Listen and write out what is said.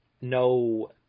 no